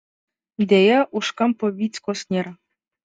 deja už kampo vyckos nėra